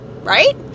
right